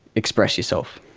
express yourself.